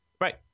Right